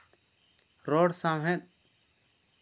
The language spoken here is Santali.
ᱨᱚᱲ ᱥᱟᱶᱦᱮᱫ